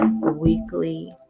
weekly